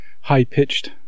high-pitched